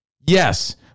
Yes